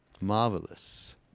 Marvelous